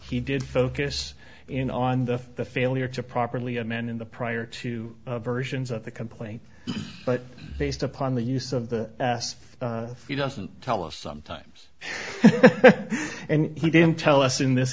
he did focus in on the failure to properly amend in the prior to versions of the complaint but based upon the use of the asked if he doesn't tell us sometimes and he didn't tell us in this